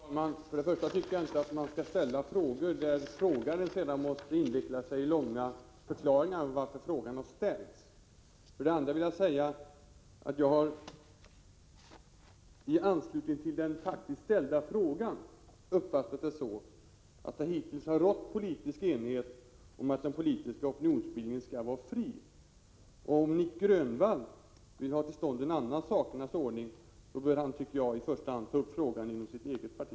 Fru talman! För det första tycker jag inte att man skall ställa sådana frågor att frågeställaren sedan måste inveckla sig i långa förklaringar till varför frågan har ställts. För det andra vill jag säga att jag har i anslutning till den faktiskt ställda frågan uppfattat det så att det hittills har rått politisk enighet om att den politiska opinionsbildningen skall vara fri. Om Nic Grönvall vill ha till stånd en annan sakernas ordning, bör han, tycker jag, i första hand ta upp frågan inom sitt eget parti.